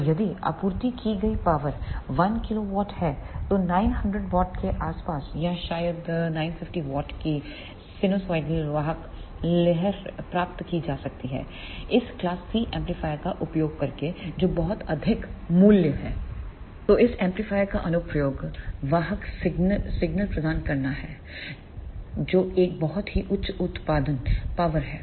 तो यदि आपूर्ति की गई पावर 1 KW है तो 900 W के आसपास या शायद 950W की साइनसोइडल वाहक लहर प्राप्त की तो इस एम्पलीफायर का अनुप्रयोग वाहकसिग्नल प्रदान करना है जो एक बहुत ही उच्च उत्पादन पावर है